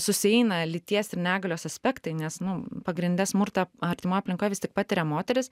susieina lyties ir negalios aspektai nes nu pagrinde smurtą artimoj aplinkoj vis tik patiria moteris